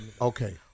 Okay